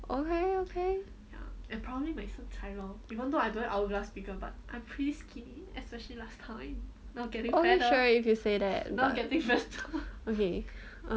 okay okay okay sure if you say that um